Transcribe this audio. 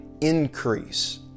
increase